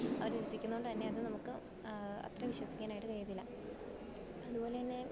അവർ രസിക്കുന്നതു കൊണ്ടു തന്നെ അത് നമുക്ക് അത്ര വിശ്വസിക്കാനായിട്ട് കഴിയത്തില്ല അതുപോലെ തന്നെ